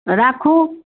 राखू